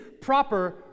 proper